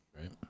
Right